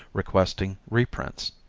requesting reprints.